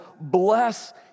bless